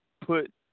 put